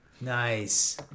Nice